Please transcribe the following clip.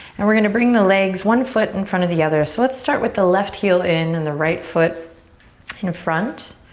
and we're gonna bring the legs one foot in front of the other so let's start with the left heel in and the right foot in front.